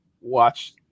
watch